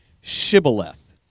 Shibboleth